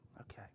Okay